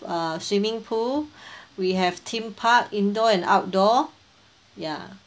uh swimming pool we have theme park indoor and outdoor ya